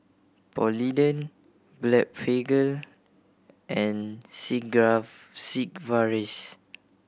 Polident Blephagel and Sigvaris